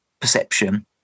Perception